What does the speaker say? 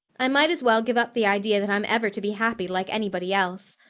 i might as well give up the idea that i'm ever to be happy, like anybody else.